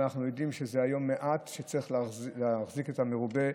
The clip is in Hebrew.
אנחנו יודעים שזה המעט שצריך להחזיק את המרובה.